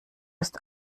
ist